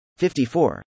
54